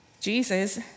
Jesus